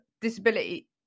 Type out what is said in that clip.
disability